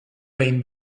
behin